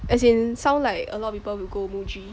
as in sound like a lot of people will go Muji